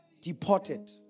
deported